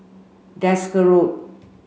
Desker Road